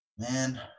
man